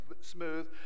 smooth